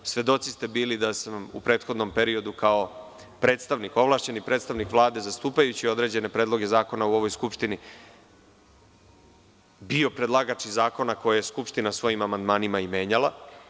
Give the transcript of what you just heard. Svedoci ste bili da sam u prethodnom periodu kao ovlašćenik predstavnik Vlade, zastupajući određene predloge zakona u ovoj skupštini, bio predlagač i zakona koje je Skupština svojim amandmanima i menjala.